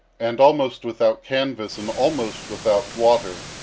and almost without canvas and almost without water,